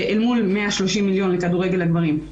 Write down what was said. אל מול 130 מיליון לכדורגל לגברים.